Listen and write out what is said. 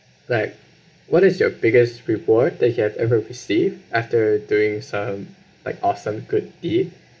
like what is your biggest reward that you had ever received after doing some like awesome good deed